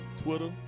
Twitter